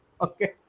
Okay